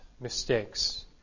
mistakes